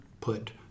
put